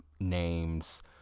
names